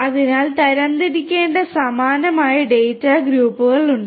അതിനാൽ തരംതിരിക്കേണ്ട സമാനമായ ഡാറ്റ ഗ്രൂപ്പുകളുണ്ട്